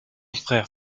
frère